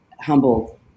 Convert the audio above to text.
humbled